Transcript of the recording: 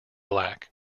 black